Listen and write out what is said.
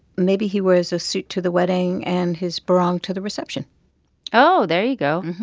maybe he wears a suit to the wedding and his barong to the reception oh, there you go.